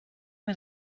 mir